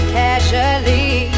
casually